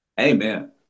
Amen